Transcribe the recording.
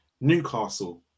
newcastle